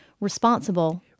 responsible